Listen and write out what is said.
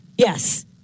Yes